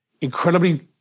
incredibly